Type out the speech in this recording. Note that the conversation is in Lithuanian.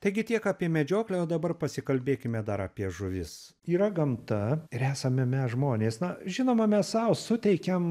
taigi tiek apie medžioklę o dabar pasikalbėkime dar apie žuvis yra gamta ir esame mes žmonės na žinoma mes sau suteikiam